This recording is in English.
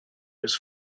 its